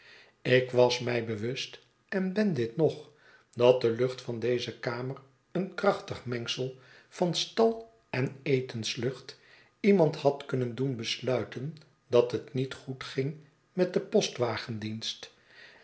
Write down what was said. ik was mij bewust en ben dit nog dat de lucht van deze kamer een krachtig mengsel van stal en etenslucht iemand had kunnen doen besluiten dat het niet goed ging met den postwagendienst